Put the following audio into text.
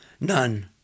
none